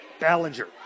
Ballinger